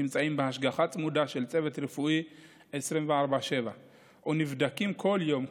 נמצאים בהשגחה צמודה של צוות רפואי 24/7 ונבדקים בכל יום,